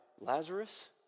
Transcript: Lazarus